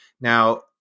Now